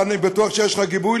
ואני בטוח שיש לך גיבוי,